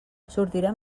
sortirem